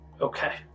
Okay